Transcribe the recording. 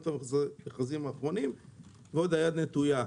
אתם רואים את המכרזים האחרונים ועוד היד נטויה.